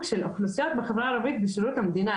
של אוכלוסיות בחברה הערבית בשירות המדינה.